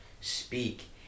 speak